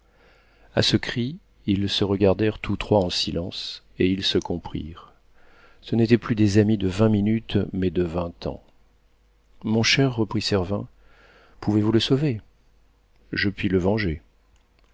a ce cri ils se regardèrent tous les trois en silence et ils se comprirent ce n'était plus des amis de vingt minutes mais de vingt ans mon cher reprit servin pouvez-vous le sauver je puis le venger